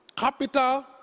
Capital